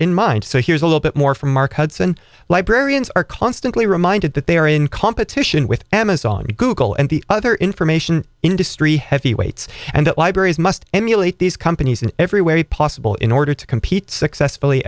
in mind so here's a little bit more from mark hudson librarians are constantly reminded that they are in competition with amazon google and the other information industry heavyweights and that libraries must emulate these companies in every way possible in order to compete successfully